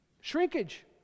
Shrinkage